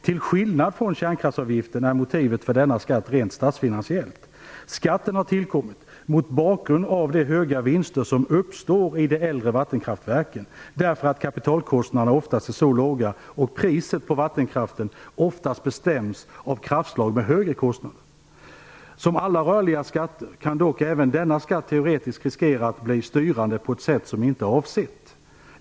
Till skillnad från kärnkraftsavgiften är motivet för denna skatt rent statsfinansiellt. Skatten har tillkommit mot bakgrund av de höga vinster som uppstår i de äldre vattenkraftverken därför att kapitalkostnaderna oftast är låga och priset på vattenkraften oftast bestäms av kraftslag med högre kostnader. Som alla rörliga skatter kan dock även denna skatt teoretiskt riskera att bli styrande på ett sätt som inte är avsett.